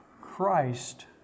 Christ